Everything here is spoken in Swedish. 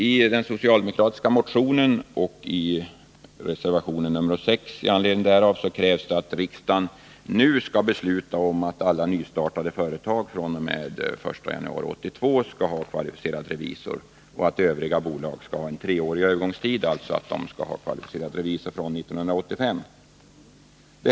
I den socialdemokratiska motionen och i reservationen nr 6 i anledning därav krävs att riksdagen nu skall besluta om att varje nystartat bolag fr.o.m. den 1 januari 1982 skall ha kvalificerad revisor och att övriga bolag skall ha en treårig övergångstid, alltså att de skall ha kvalificerade revisorer från 1985.